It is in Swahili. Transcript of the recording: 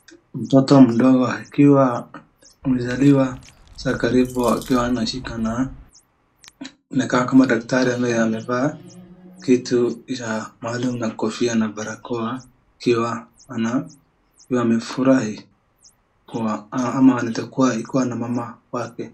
Mtoto mdogo akiwa amezaliwa sasa karibu akiwa anashikwa na, anakaa kama daktari amevaa, kitu za maalum na kofia na barakoa, wakiwa wamefurahi ama anaweza kuwa akiwa na mama wake.